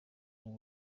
ubu